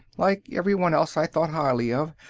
like everyone else i thought highly of.